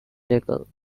tackle